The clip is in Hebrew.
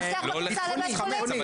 מאבטח בכניסה לבית חולים --- לא לחיפוש חמץ,